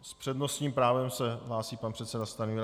S přednostním právem se hlásí pan předseda Stanjura.